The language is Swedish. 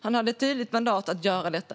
Han hade ett tydligt mandat att göra detta.